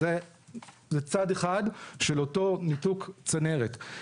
זה צד אחד של אותו ניתוק צנרת.